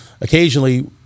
Occasionally